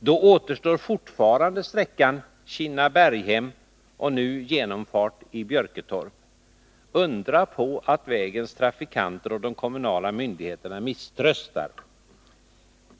Då återstår fortfarande sträckan Kinna-Berghem och genomfart i Björketorp. Undra på att vägens trafikanter och de kommunala myndigheterna misströstar.